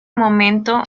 momento